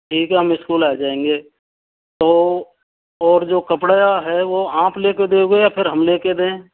ठीक है हम स्कूल आ जाएंगे तो और जो कपड्या है वो आप लेके देओगे या हम लेके दें